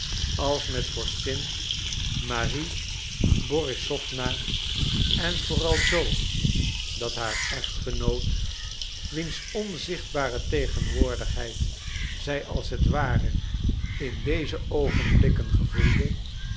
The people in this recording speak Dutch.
als met vorstin marie borissowna en vooral zoo dat haar echtgenoot wiens onzichtbare tegenwoordigheid zij als het ware in deze oogenblikken gevoelde